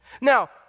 Now